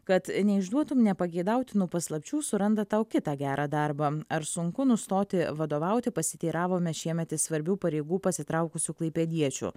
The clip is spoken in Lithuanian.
kad neišduotum nepageidautinų paslapčių suranda tau kitą gerą darbą ar sunku nustoti vadovauti pasiteiravome šiemet svarbių pareigų pasitraukusių klaipėdiečių